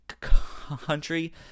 country